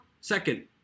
second